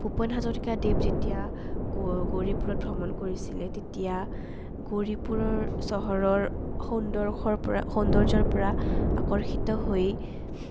ভূপেন হাজৰিকদেৱ যেতিয়া গৌৰীপুৰত ভ্ৰমণ কৰিছিলে তেতিয়া গৌৰীপুৰৰ চহৰৰ সৌন্দৰশৰ পৰা সৌন্দৰ্যৰ পৰা আকৰ্ষিত হৈ